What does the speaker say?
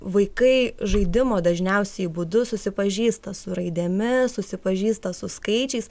vaikai žaidimo dažniausiai būdu susipažįsta su raidėmis susipažįsta su skaičiais